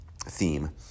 theme